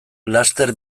laster